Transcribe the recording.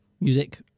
music